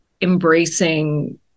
embracing